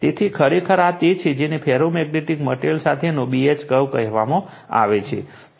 તેથી ખરેખર આ તે છે જેને ફેરોમેગ્નેટિક મટેરીઅલ સાથેનો B H કર્વ કહેવામાં આવે છે